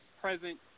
present